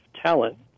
talent